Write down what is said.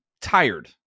tired